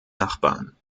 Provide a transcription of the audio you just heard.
nachbarn